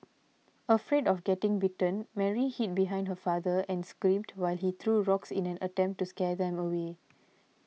afraid of getting bitten Mary hid behind her father and screamed while he threw rocks in an attempt to scare them away